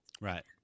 Right